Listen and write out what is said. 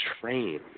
train